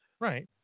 Right